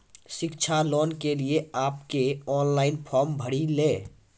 शिक्षा लोन के लिए आप के ऑनलाइन फॉर्म भरी ले?